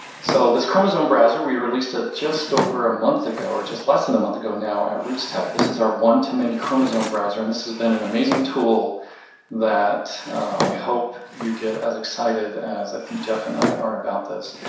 so this chromosome browser, we released it just over a month ago or just less than a month ago now at rootstech. this is our one-to-many chromosome browser, and this has been an amazing tool that i hope you get as excited as i think geoff and i are about this.